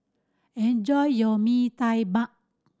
enjoy your mee tai bak